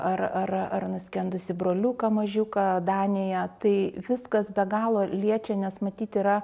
ar ar ar nuskendusį broliuką mažiuką danėje tai viskas be galo liečia nes matyt yra